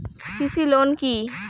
CC loan কি?